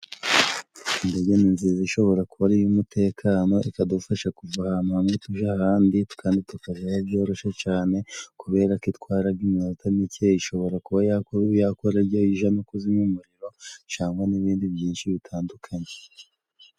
Indege ni nziza ishobora kuba ari iy'umutekano ikadufasha kuva ahantu hamwe tuja ahandi, kandi tukajayo byoroshe cane kubera ko itwaraga iminota mike, ishobora kuba yakora ibyo ija no kuzimya umuriro cyangwa n'ibindi byinshi bitandukanye.